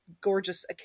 gorgeous